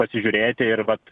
pasižiūrėti ir vat